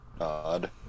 Odd